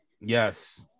Yes